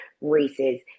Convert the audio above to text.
races